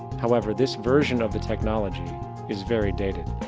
however this version of the technology is very dated.